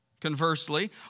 conversely